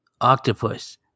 Octopus